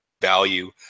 value